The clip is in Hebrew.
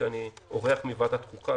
כי אני אורח מוועדת חוקה,